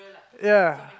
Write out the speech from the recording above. ya